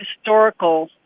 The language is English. historical